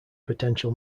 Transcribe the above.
potential